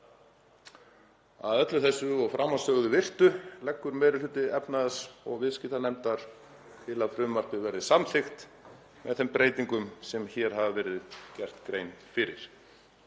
Að öllu þessu framansögðu virtu leggur meiri hluti efnahags- og viðskiptanefndar til að frumvarpið verði samþykkt með þeim breytingum sem hér hefur verið gerð grein fyrir.